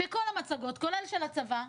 ובכל המצגות כולל של הצבא,